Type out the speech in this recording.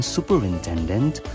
Superintendent